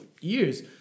years